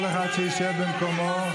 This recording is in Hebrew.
כל אחד שיישב במקומו.